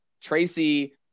Tracy